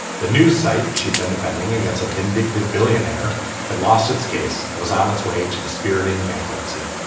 the news site she had been defending against a vindictive billionaire had lost its case was on its way to dispiriting bankruptcy.